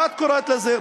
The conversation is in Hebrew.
מה את קוראת לזה?